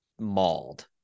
mauled